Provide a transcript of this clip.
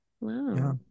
wow